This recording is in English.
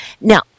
Now